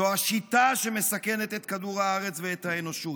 זו השיטה שמסכנת את כדור הארץ ואת האנושות,